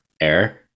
air